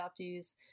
adoptees